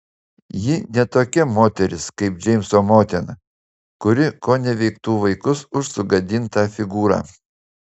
ji ne tokia moteris kaip džeimso motina kuri koneveiktų vaikus už sugadintą figūrą